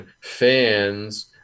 fans